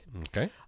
Okay